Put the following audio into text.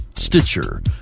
Stitcher